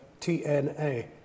TNA